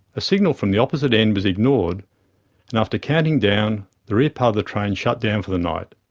a signal from the opposite end was ignored and after counting down, the rear part of the train and shut down for the night.